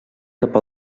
cap